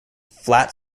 flat